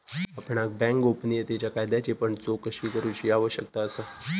आपणाक बँक गोपनीयतेच्या कायद्याची पण चोकशी करूची आवश्यकता असा